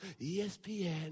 ESPN